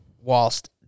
Whilst